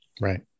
Right